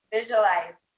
Visualize